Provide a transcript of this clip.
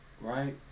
Right